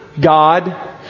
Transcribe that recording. God